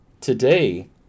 today